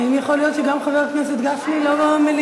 האם יכול להיות שגם חבר הכנסת לא במליאה?